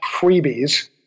freebies